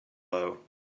low